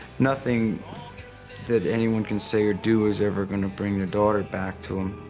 nothing that anyone can say or do is ever going to bring their daughter back to them,